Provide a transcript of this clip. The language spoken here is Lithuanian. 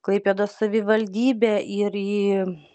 klaipėdos savivaldybę ir į